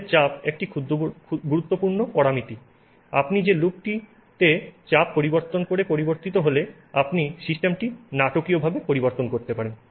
তাদের চাপ একটি খুব গুরুত্বপূর্ণ পরামিতি আপনার লুপটি চাপ পরিবর্তন করে পরিবর্তিত হলে আপনি সিস্টেমটি নাটকীয়ভাবে পরিবর্তন করতে পারেন